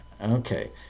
Okay